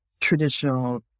traditional